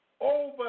Over